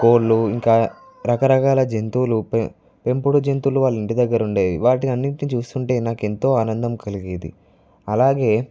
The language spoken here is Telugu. కోళ్ళు ఇంకా రకరకాల జంతువులు పెంపుడు జంతువులు వాళ్ళ ఇంటి దగ్గర ఉండేవి వాటిని అన్నిటిని చూస్తుంటే నాకు ఎంతో ఆనందం కలిగేది అలాగే